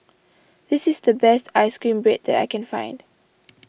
this is the best Ice Cream Bread that I can find